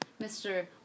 Mr